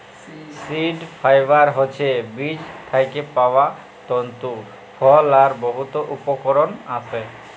seed fibre হছে বীজ থ্যাইকে পাউয়া তল্তু ফল যার বহুত উপকরল আসে